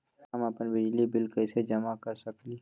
हम अपन बिजली बिल कैसे जमा कर सकेली?